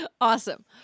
Awesome